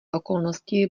okolnosti